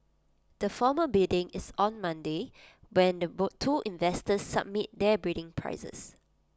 the formal bidding is on Monday when the two investors submit their bidding prices